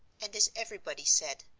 and, as everybody said,